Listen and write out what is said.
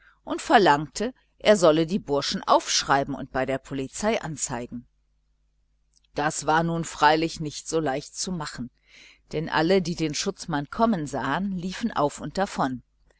und verlangte er solle die burschen aufschreiben und bei der polizei anzeigen das war nun freilich nicht so leicht zu machen denn alle die den schutzmann kommen sahen liefen auf und davon